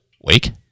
wake